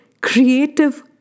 creative